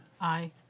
Aye